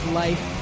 life